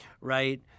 right